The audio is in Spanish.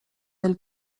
del